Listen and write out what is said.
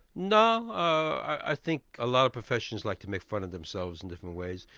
no, i think a lot of professions like to make fun of themselves in different ways.